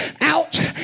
out